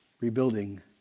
rebuilding